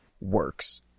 works